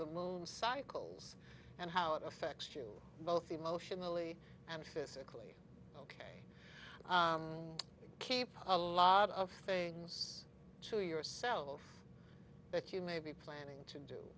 the moon cycles and how it affects you both emotionally and physically you keep a lot of things to yourself that you may be planning to do